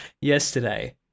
yesterday